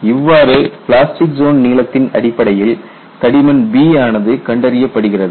இவ்வாறு plastic zone நீளத்தின் அடிப்படையில் தடிமன் B ஆனது கண்டறியப்படுகிறது